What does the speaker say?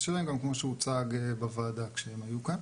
שלהם גם כמו שהוא הוצג בוועדה כשהם היו כאן.